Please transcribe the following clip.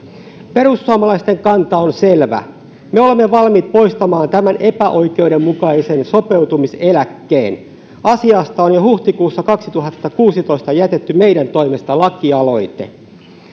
perussuomalaisten kanta on selvä me olemme valmiit poistamaan tämän epäoikeudenmukaisen sopeutumiseläkkeen asiasta on jo huhtikuussa kaksituhattakuusitoista jätetty meidän toimestamme lakialoite